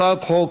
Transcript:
הצעת חוק